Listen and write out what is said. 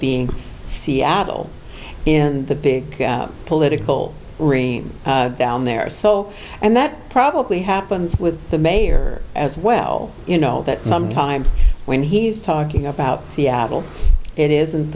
being seattle in the big political regime down there so and that probably happens with the mayor as well you know that sometimes when he's talking about seattle it isn't